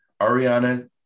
ariana